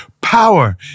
Power